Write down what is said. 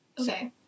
Okay